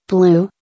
Blue